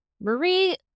Marie